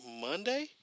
Monday